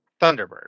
thunderbird